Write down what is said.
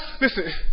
listen